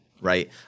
right